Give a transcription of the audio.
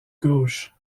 gauche